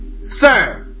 sir